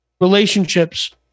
relationships